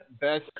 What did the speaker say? best